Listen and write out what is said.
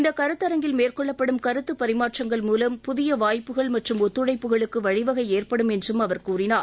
இந்தக் கருத்தரங்கில் மேற்கொள்ளப்படும் கருத்து பரிமாற்றங்கள் மூலம் புதிய வாய்ப்புகள் மற்றும் ஒத்துழைப்புகளுக்கு வழிவகை ஏற்படும் என்றும் அவர் கூறினார்